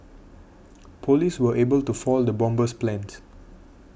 police were able to foil the bomber's plans